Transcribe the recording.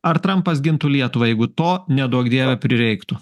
ar trampas gintų lietuvą jeigu to neduok dieve prireiktų